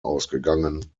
ausgegangen